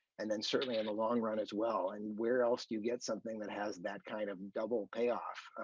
and then certainly in the long run as well and where else you get something that has that kind of double pay off.